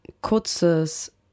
kurzes